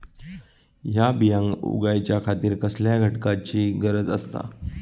हया बियांक उगौच्या खातिर कसल्या घटकांची गरज आसता?